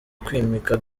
kwimika